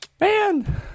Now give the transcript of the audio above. Man